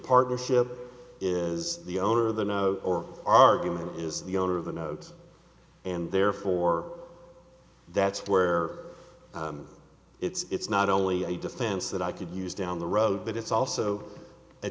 partnership is the owner of the no or argument is the owner of the note and therefore that's where it's not only a defense that i could use down the road but it's also a